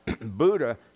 Buddha